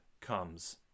comes